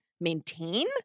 maintain